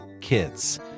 kids